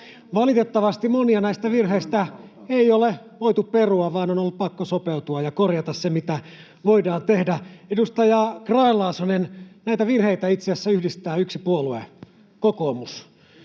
Valitettavasti monia näistä virheistä ei ole voitu perua, vaan on ollut pakko sopeutua ja korjata se, mitä voidaan tehdä. Edustaja Grahn-Laasonen, näitä virheitä itse asiassa yhdistää yksi puolue: kokoomus.